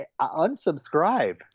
unsubscribe